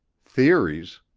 theories!